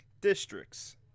districts